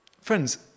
friends